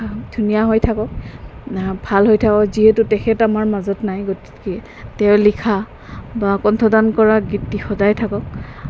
ধুনীয়া হৈ থাকক ভাল হৈ থাকক যিহেতু তেখেত আমাৰ মাজত নাই গতিকে তেওঁ লিখা বা কণ্ঠদান কৰা গীতটি সদায় থাকক